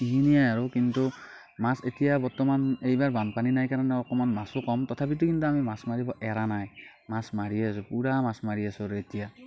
এইখিনিয়ে আৰু কিন্তু মাছ এইবাৰ বৰ্তমান এইবাৰ বানপানী নাই কাৰণে অকণমান মাছো কম তথাপিতো কিন্তু আমি মাছ মাৰিব এৰা নাই মাছ মাৰিয়ে আছোঁ পুৰা মাছ মাৰিয়ে আছোঁ আৰু এতিয়া